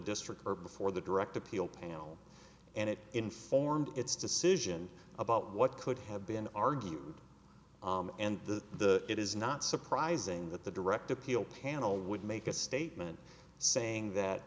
district or before the direct appeal panel and it informed its decision about what could have been argued and the the it is not surprising that the direct appeal panel would make a statement saying that